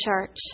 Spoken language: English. Church